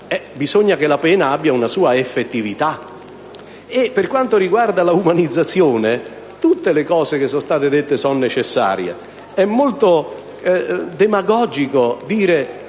bisogna che la pena abbia una sua effettività. Per quanto riguarda l'umanizzazione, tutte le misure che sono state richiamate sono necessarie. È molto demagogico